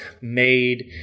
made